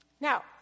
Now